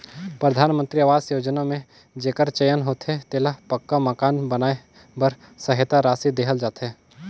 परधानमंतरी अवास योजना में जेकर चयन होथे तेला पक्का मकान बनाए बर सहेता रासि देहल जाथे